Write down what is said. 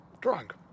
drunk